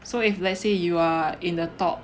so if let's say you are in the top